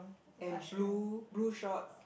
and blue blue shorts